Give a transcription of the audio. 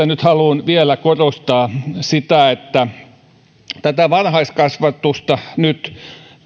nyt haluan vielä korostaa sitä että varhaiskasvatusta nyt